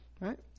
Right